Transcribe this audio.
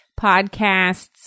podcasts